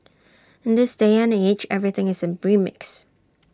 in this day and age everything is A remix